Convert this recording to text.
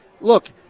look